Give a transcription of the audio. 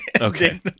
Okay